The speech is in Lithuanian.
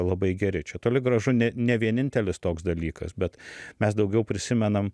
labai geri čia toli gražu ne ne vienintelis toks dalykas bet mes daugiau prisimenam